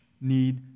need